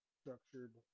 structured